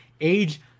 Age